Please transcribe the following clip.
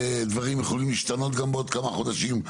שדברים יכולים להשתנות גם בעוד כמה חודשים,